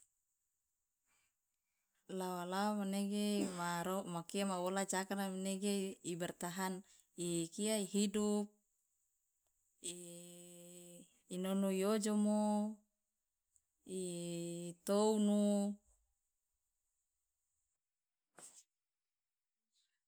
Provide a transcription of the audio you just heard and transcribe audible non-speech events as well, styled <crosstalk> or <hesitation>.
lawa lawa manege <noise> ma makia ma wola jaakana manege ibertahan ikia ihidup <hesitation> inonu iojomo <hesitation> itounu